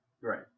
Right